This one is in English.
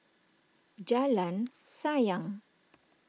Jalan Sayang